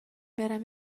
برم